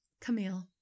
camille